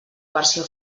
versió